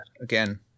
again